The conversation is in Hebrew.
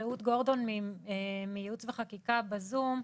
רעות גורדון מייעוץ וחקיקה, שנמצאת בזום,